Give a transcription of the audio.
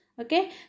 okay